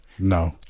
No